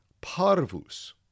parvus